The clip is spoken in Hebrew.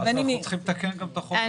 אז כמו שהסברתי, כרגע במצב הנכון